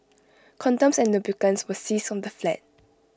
condoms and lubricants were seized from the flat